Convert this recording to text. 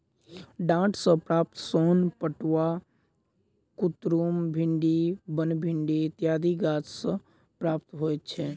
डांट सॅ प्राप्त सोन पटुआ, कुतरुम, भिंडी, बनभिंडी इत्यादि गाछ सॅ प्राप्त होइत छै